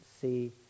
see